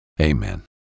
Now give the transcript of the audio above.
amen